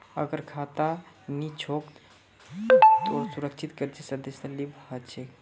अगर खाता नी छोक त सुरक्षित कर्जेर सदस्यता लिबा हछेक